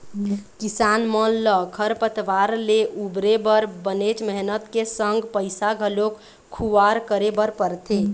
किसान मन ल खरपतवार ले उबरे बर बनेच मेहनत के संग पइसा घलोक खुवार करे बर परथे